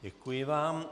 Děkuji vám.